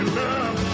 love